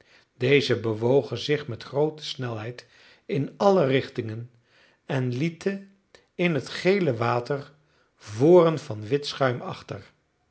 deze bewogen zich met groote snelheid in alle richtingen en lieten in het gele water voren van wit schuim achter